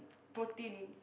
protein